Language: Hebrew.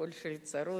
הקול שלי צרוד.